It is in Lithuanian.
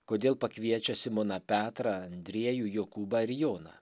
kodėl pakviečia simoną petrą andriejų jokūbą ir joną